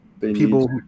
people